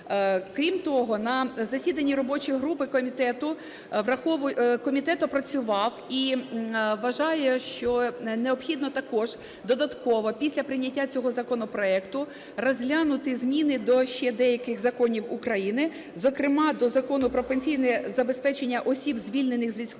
Крім того, на засіданні робочої групи комітету… комітет опрацював і вважає, що необхідно також додатково після прийняття цього законопроекту розглянути зміни до ще деяких законів України. Зокрема, до Закону "Про пенсійне забезпечення осіб, звільнених з військової